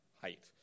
height